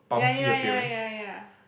ya ya ya ya ya